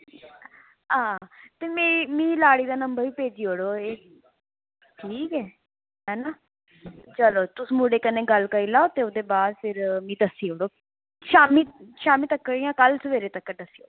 हां ते मीं लाड़ी दा नम्बर भेजी ओड़ो ऐ ठीक ऐ है नां चलो तुस मुड़े कन्नै गल्ल करी लैओ ते उ'दे बाद फिर मिगी दस्सी ओड़ो शामीं शामीं तक्कर जां कल सवेरे तक्कर